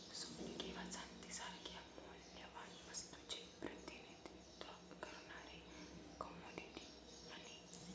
सोने किंवा चांदी सारख्या मौल्यवान वस्तूचे प्रतिनिधित्व करणारे कमोडिटी मनी